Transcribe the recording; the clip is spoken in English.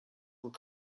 were